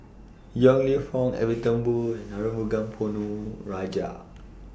Yong Lew Foong Edwin Thumboo and Arumugam Ponnu Rajah